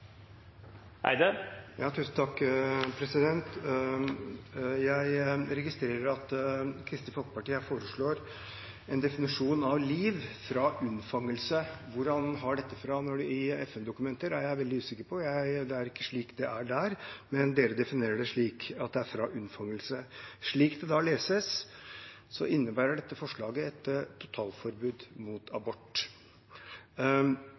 Jeg registrerer at Kristelig Folkeparti foreslår en definisjon av liv, «fra unnfangelse». Hvor i FN-dokumenter man har det fra, er jeg veldig usikker på. Det er ikke slik det er der, men Kristelig Folkeparti definerer det slik, at det er «fra unnfangelse». Slik det da leses, innebærer dette forslaget et totalforbud mot